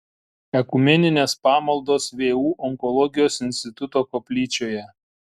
ekumeninės pamaldos vu onkologijos instituto koplyčioje